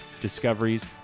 discoveries